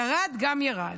ירד גם ירד.